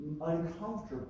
uncomfortable